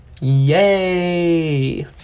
yay